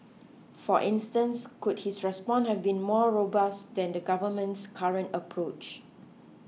for instance could his response have been more robust than the government's current approach